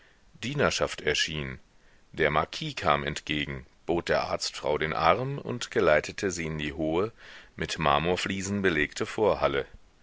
dienerschaft erschien der marquis kam entgegen bot der arztfrau den arm und geleitete sie in die hohe mit marmorfliesen belegte vorhalle